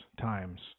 times